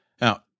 Now